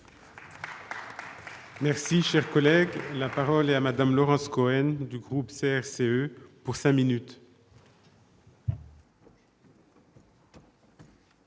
Merci, cher collègue là. Parole est à Madame Laurence Cohen, du groupe CRCE pour sa minute.